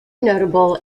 notable